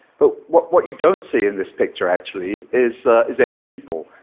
but what what you don't see in this picture, actually, is is any people,